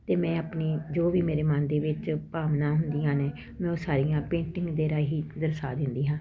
ਤੇ ਮੈਂ ਆਪਣੀ ਜੋ ਵੀ ਮੇਰੇ ਮਨ ਦੇ ਵਿੱਚ ਭਾਵਨਾ ਹੁੰਦੀਆਂ ਨੇ ਮੈਂ ਉਹ ਸਾਰੀਆਂ ਪੇਂਟਿੰਗ ਦੇ ਰਾਹੀਂ ਦਰਸਾ ਦਿੰਦੀ ਹਾਂ